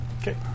Okay